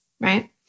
right